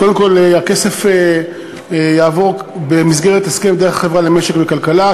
הכסף יעבור במסגרת הסכם דרך החברה למשק וכלכלה,